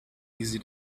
easy